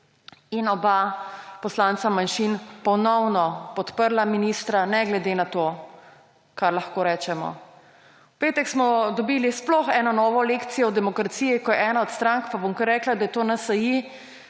in oba poslanca manjšin, ponovno podprla ministra, ne glede na to, kar lahko rečemo. V petek smo dobili sploh eno novo lekcijo v demokraciji, ko je ena od strank, pa bom kar rekla, da je to NSi,